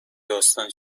داستان